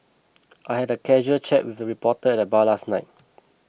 I had a casual chat with a reporter at the bar last night